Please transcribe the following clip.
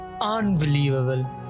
unbelievable